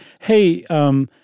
hey—